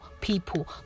people